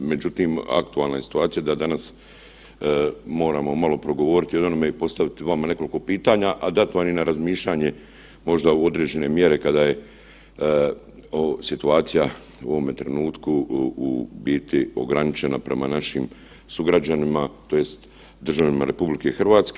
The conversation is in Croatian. Međutim, aktualna je situacija da danas moramo malo progovoriti od onome i postaviti vama nekoliko pitanje, a dat vam i na razmišljanje možda u određene mjere kada je ovo situacija u ovome trenutku u biti ograničena prema našim sugrađanima tj. državljanima RH.